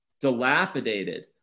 dilapidated